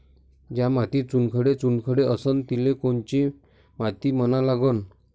ज्या मातीत चुनखडे चुनखडे असन तिले कोनची माती म्हना लागन?